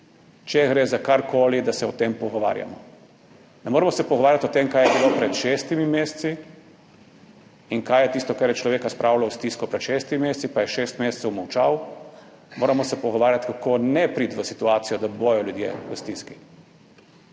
če gre za karkoli, da se o tem pogovarjamo, ne moremo se pogovarjati o tem, kaj je bilo pred šestimi meseci in kaj je tisto, kar je človeka spravilo v stisko pred šestimi meseci, pa je šest mesecev molčal, moramo se pogovarjati, kako ne priti v situacijo, da bodo ljudje v stiski.